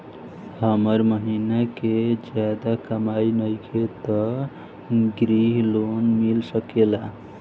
हमर महीना के ज्यादा कमाई नईखे त ग्रिहऽ लोन मिल सकेला?